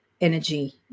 energy